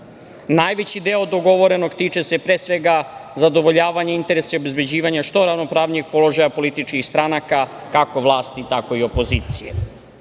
Najveći deo dogovorenog tiče se pre svega zadovoljavanja interesa i obezbeđivanja što ravnopravnijeg položaja političkih stranaka, kako vlasti, tako i opozicije. Naše